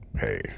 Hey